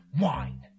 wine